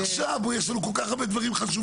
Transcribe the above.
עכשיו, בוא, יש לנו כל כך הרבה דברים חשובים.